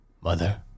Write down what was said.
Mother